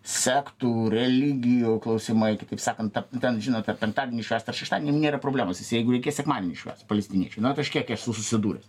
sektų religijų klausimai kitaip sakant ta ten žinot ar penktadienį švęst ar šeštadienį nėra problemos jis jeigu reikės sekmadienį švęs palestiniečiai nu aš kiek esu susidūręs